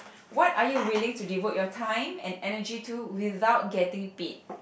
what are you willing to devote you time and energy to without getting paid